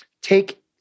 take